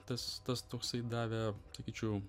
tas tas toksai davė sakyčiau